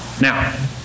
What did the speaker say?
Now